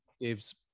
Dave's